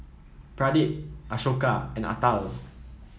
Pradip Ashoka and Atal